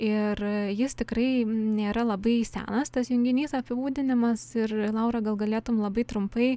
ir jis tikrai nėra labai senas tas junginys apibūdinimas ir laura gal galėtum labai trumpai